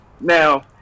Now